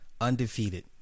Undefeated